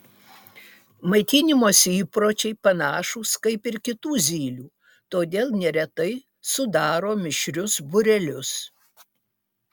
maitinimosi įpročiai panašūs kaip ir kitų zylių todėl neretai sudaro mišrius būrelius